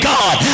God